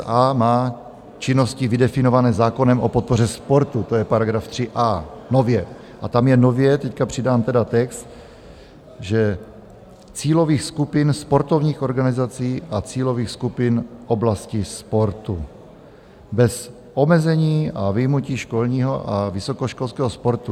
NSA má činnosti vydefinované zákonem o podpoře sportu, to je § 3a nově, a tam je nově teď přidán text, že cílových skupin sportovních organizací a cílových skupin v oblasti sportu bez omezení a vyjmutí školního a vysokoškolského sportu.